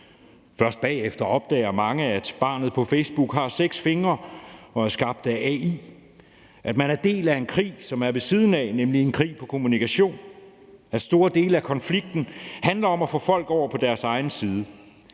Først bagefter opdager mange, at barnet på billedet fra Facebook har seks fingre og er skabt af AI, og at man er del af en krig, som foregår sideløbende, nemlig en krig på kommunikation, og at store dele af konflikten handler om at få folk over på ens egen side.